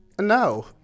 No